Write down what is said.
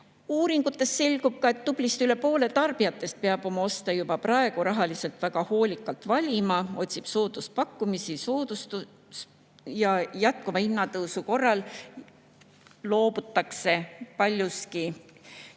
Uuringutest selgub, et tublisti üle poole tarbijatest peab oma oste juba praegu rahaliselt väga hoolikalt valima, otsib sooduspakkumisi ja jätkuva hinnatõusu korral loobutakse paljuski